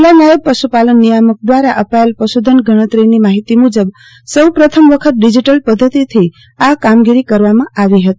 જીલ્લા નાયબ પશુપાલન નિયામક દ્વારા અપાયેલ પશુધન ગણતરીની માહિતી મુજબ સૌ પ્રથમ વખત ડીઝીટલ પધ્ધતિથી આ કામગીરી કરવામાં આવી હતી